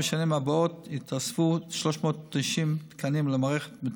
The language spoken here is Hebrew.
בשנים הבאות יתווספו 390 תקנים למערכת,